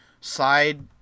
side